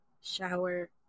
shower